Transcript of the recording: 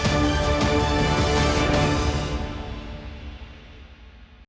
Дякую,